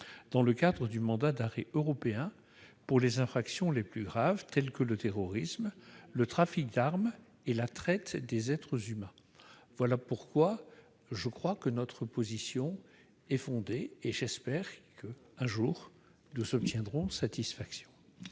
dans le cadre du mandat d'arrêt européen pour les infractions les plus graves, telles que le terrorisme, le trafic d'armes et la traite des êtres humains. Par conséquent, notre position me paraît fondée. J'espère que nous obtiendrons un jour satisfaction.